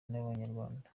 bw’abanyarwanda